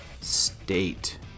State